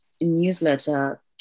newsletter